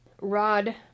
rod